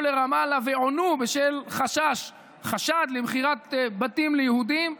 לרמאללה ועונו בשל חשד למכירת בתים ליהודים,